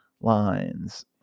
lines